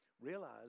realize